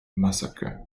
massacre